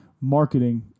marketing